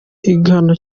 igihano